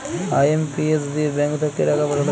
IMPS দিয়ে bank থাক্যে টাকা পাঠাল যায়